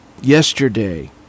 Yesterday